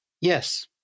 Yes